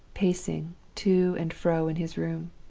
pacing to and fro in his room.